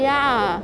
ya